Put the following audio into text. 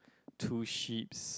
two sheep's